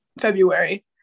February